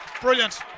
Brilliant